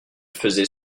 faisait